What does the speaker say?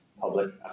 Public